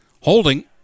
holding